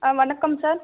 ஆ வணக்கம் சார்